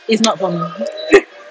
it's not for me